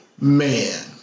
Man